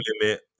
limit